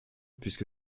puisque